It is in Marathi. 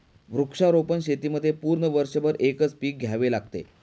वृक्षारोपण शेतीमध्ये पूर्ण वर्षभर एकच पीक घ्यावे लागते